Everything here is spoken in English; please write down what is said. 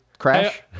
crash